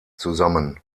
zusammen